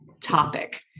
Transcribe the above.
topic